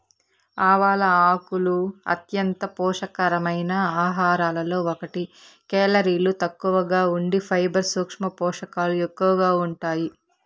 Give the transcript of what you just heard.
ఆవాల ఆకులు అంత్యంత పోషక కరమైన ఆహారాలలో ఒకటి, కేలరీలు తక్కువగా ఉండి ఫైబర్, సూక్ష్మ పోషకాలు ఎక్కువగా ఉంటాయి